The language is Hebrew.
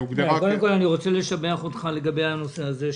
קודם כול אני רוצה לשבח אותך לגבי הנושא הזה,